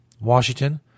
Washington